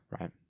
right